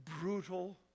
brutal